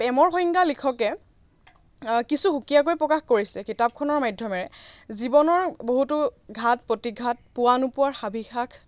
প্ৰেমৰ সংজ্ঞা লিখকে কিছু সুকীয়াকৈ প্ৰকাশ কৰিছে কিতাপখনৰ মাধ্যমৰে জীৱনৰ বহুতো ঘাত প্ৰতিঘাত পোৱা নোপোৱাৰ হাবিয়াহ